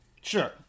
Sure